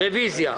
רוויזיה.